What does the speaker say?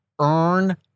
earn